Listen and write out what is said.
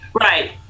Right